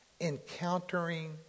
encountering